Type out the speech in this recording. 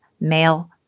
male